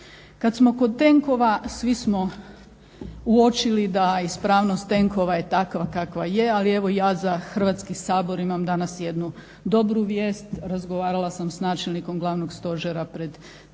Kad smo kod tenkova svi smo uočili da ispravnost tenkova je takva kakva je, ali evo i ja za Hrvatski sabor imam danas jednu dobru vijest, razgovarala sam s načelnikom glavnog stožera pred 3 dana